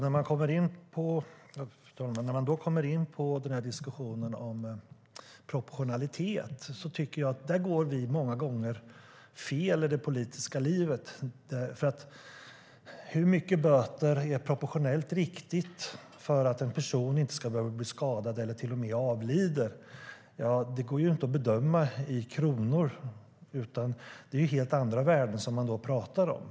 Fru talman! När man kommer in på diskussionen om proportionalitet tycker jag att vi många gånger går fel i det politiska livet, för hur stora böter är proportionellt riktigt när det gäller att undvika att en person blir skadad eller till och med avlider? Det går ju inte att bedöma i kronor, utan det är helt andra värden man då pratar om.